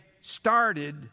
started